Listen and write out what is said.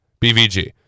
BVG